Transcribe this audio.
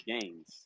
games